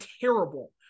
terrible